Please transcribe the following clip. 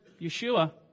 Yeshua